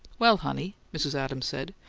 well, honey, mrs. adams said,